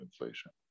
inflation